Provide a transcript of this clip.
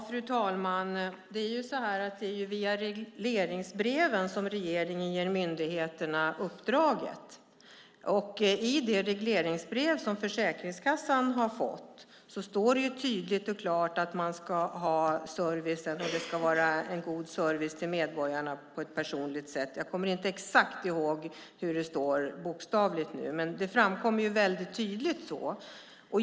Fru talman! Det är ju via regleringsbreven som regeringen ger myndigheterna uppdraget. I det regleringsbrev som Försäkringskassan har fått står det tydligt och klart att det ska vara en god service till medborgarna på ett personligt sätt. Jag kommer inte ihåg exakt hur det står nu, men detta framkommer väldigt tydligt.